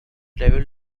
devil